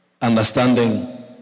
Understanding